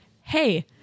hey